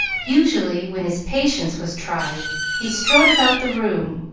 usually, when his patience was tried, he strode about the room,